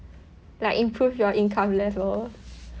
like improve your income level